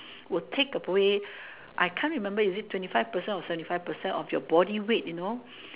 will take away I can't remember is it twenty five percent or seventy five percent of your body weight you know